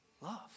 Love